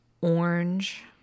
orange